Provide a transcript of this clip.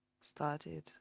started